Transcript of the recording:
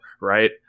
right